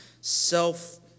self